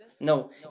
No